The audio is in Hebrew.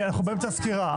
אנחנו באמצע סקירה.